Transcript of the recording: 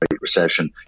Recession